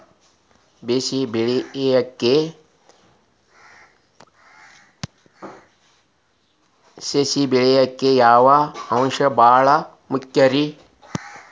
ಸಸಿ ಬೆಳೆಯಾಕ್ ಯಾವ ಅಂಶ ಭಾಳ ಮುಖ್ಯ ರೇ?